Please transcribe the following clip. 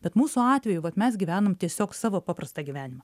bet mūsų atveju vat mes gyvenam tiesiog savo paprastą gyvenimą